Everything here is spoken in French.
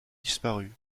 disparu